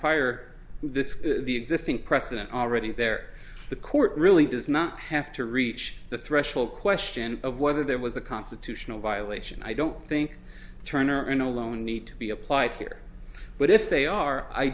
prior this the existing precedent already there the court really does not have to reach the threshold question of whether there was a constitutional violation i don't think turner and alone need to be applied here but if they are i